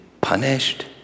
punished